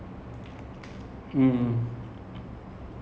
inside then they will like layer each also so that like